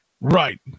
Right